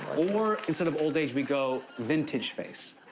or instead of old age, we go vintage face.